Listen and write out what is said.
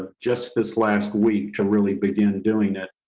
just this last week to really begin doing that.